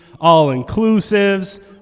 all-inclusives